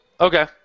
Okay